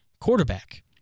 quarterback